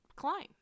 climb